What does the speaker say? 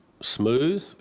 smooth